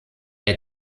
der